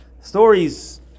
stories